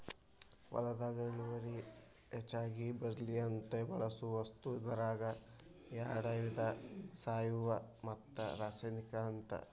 ಹೊಲದಾಗ ಇಳುವರಿ ಹೆಚಗಿ ಬರ್ಲಿ ಅಂತ ಬಳಸು ವಸ್ತು ಇದರಾಗ ಯಾಡ ವಿಧಾ ಸಾವಯುವ ಮತ್ತ ರಾಸಾಯನಿಕ ಅಂತ